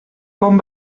com